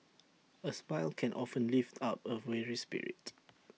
A smile can often lift up A weary spirit